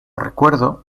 recuerdo